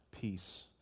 peace